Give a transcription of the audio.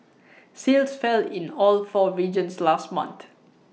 sales fell in all four regions last month